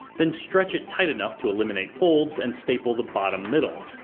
then stretch it tight enough to eliminate folds, and staple the bottom middle.